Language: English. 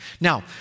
Now